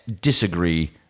disagree